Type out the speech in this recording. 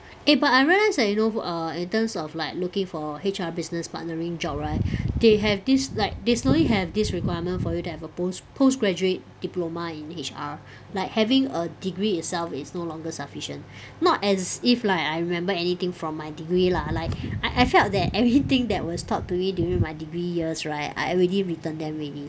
eh but I realize that you know err in terms of like looking for H_R business partnering job right they have this like they slowly have this requirement for you to have a post postgraduate diploma in H_R like having a degree itself is no longer sufficient not as if like I remember anything from my degree lah like I I felt that everything that was taught to me during my degree years right I already return them already